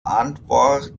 antwort